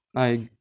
I